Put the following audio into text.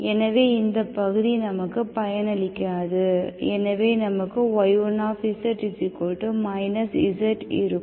எனவே இந்த பகுதி நமக்கு பயனளிக்காது எனவே நமக்கு y1z z இருக்கும்